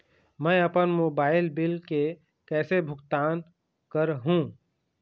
मैं अपन mobile bill के कैसे भुगतान कर हूं?